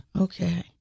Okay